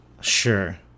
Sure